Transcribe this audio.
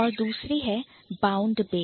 और दूसरी है Bound Base